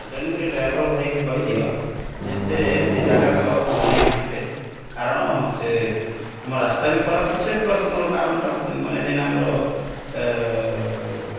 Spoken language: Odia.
ତେଣୁକରି ଡ୍ରାଇଭର୍ ଭାଇକୁ କହିଦିଅ ଯେ ସେ ସେ ଜାଗାକୁ ଆଉ ନେଇ ଆସ୍ବେ କାରଣ ସେ ଆମର୍ ରାସ୍ତା ବି ଖରାପ୍ ଅଛେ ପ୍ଲସ୍ ମୋର୍ କାରଣ୍ଟା ମାନେ ଯେନ୍ ଆମର